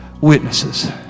witnesses